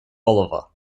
oliver